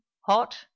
hot